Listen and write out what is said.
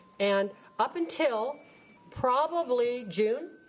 and up until probably june.